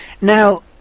Now